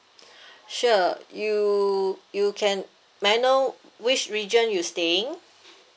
sure you you can may I know which region you staying